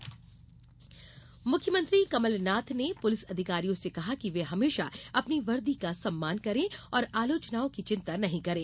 मुख्यमंत्री मुख्यमंत्री कमल नाथ ने पुलिस अधिकारियों से कहा कि वे हमेशा अपनी वर्दी का सम्मान करें और आलोचनाओं की चिंता नहीं करें